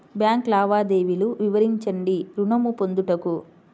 Bank లావాదేవీలు వివరించండి ఋణము పొందుటకు?